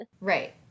Right